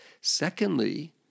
Secondly